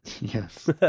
Yes